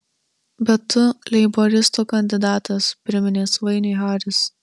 bet tu leiboristų kandidatas priminė svainiui haris